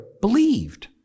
believed